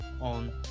on